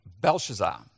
Belshazzar